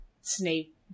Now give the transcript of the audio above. Snape